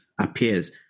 appears